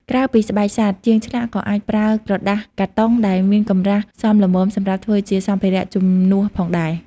ក្រៅពីស្បែកសត្វ ជាងឆ្លាក់ក៏អាចប្រើក្រដាសកាតុងដែលមានកម្រាស់សមល្មមសម្រាប់ធ្វើជាសម្ភារៈជំនួសផងដែរ។